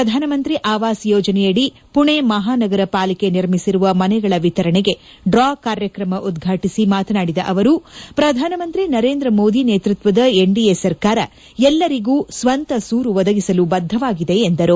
ಪ್ರಧಾನ ಮಂತ್ರಿ ಆವಾಸ್ ಯೋಜನೆಯಡಿ ಪುಣೆ ಮಹಾನಗರ ಪಾಲಿಕೆ ನಿರ್ಮಿಸಿರುವ ಮನೆಗಳ ವಿತರಣೆಗೆ ಡ್ರಾ ಕಾರ್ಯಕ್ರಮ ಉದ್ಘಾಟಿಸಿ ಮಾತನಾಡಿದ ಅವರು ಪ್ರಧಾನ ಮಂತ್ರಿ ನರೇಂದ್ರ ಮೋದಿ ನೇತೃತ್ವದ ಎನ್ಡಿಎ ಸರ್ಕಾರ ಎಲ್ಲರಿಗೂ ಸ್ವಂತ ಸೂರು ಒದಗಿಸಲು ಬದ್ದವಾಗಿದೆ ಎಂದರು